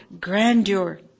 grandeur